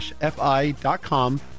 fi.com